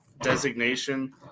designation